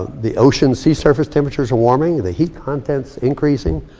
the ocean's sea surface temperatures are warming. the heat content is increasing.